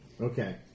Okay